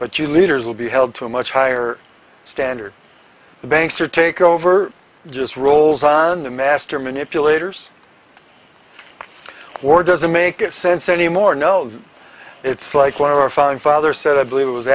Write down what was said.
but you leaders will be held to a much higher standard the banks or take over just rolls on the master manipulators or doesn't make sense anymore no it's like one of our founding fathers said i believe it was